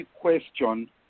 question